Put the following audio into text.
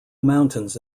mountains